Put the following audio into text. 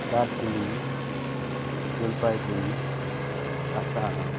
Darjeeling Jalpaiguri Assam